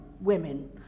women